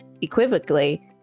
equivocally